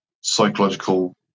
psychological